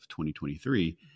2023